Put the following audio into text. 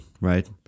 right